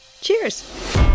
Cheers